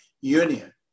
Union